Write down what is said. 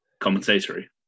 Compensatory